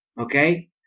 Okay